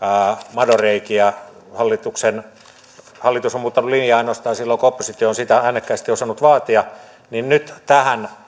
madonreikiä ja hallitus on muuttanut linjaa ainoastaan silloin kun oppositio on sitä äänekkäästi osannut vaatia niin nyt tähän